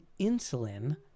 insulin